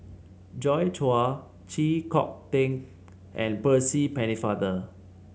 Joi Chua Chee Kong Tet and Percy Pennefather